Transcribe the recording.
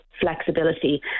flexibility